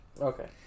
Okay